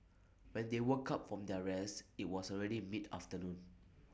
when they woke up from their rest IT was already mid afternoon